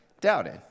doubted